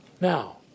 Now